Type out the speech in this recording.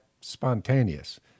spontaneous